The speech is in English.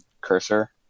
cursor